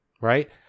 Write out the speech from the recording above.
right